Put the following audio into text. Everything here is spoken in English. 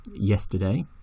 yesterday